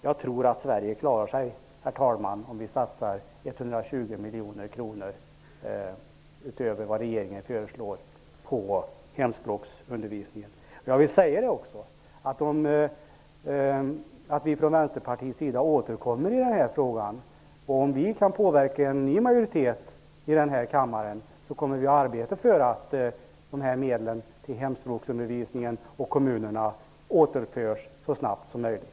Jag tror att Sverige klarar sig, herr talman, om vi satsar 120 miljoner kronor utöver vad regeringen föreslår på hemspråksundervisningen. Vi från Vänsterpartiets sida återkommer i denna fråga. Om vi kan påverka en ny majoritet i denna kammare, kommer vi att arbeta för att dessa medel till hemspråksundervisningen i kommunerna återförs så snabbt som möjligt.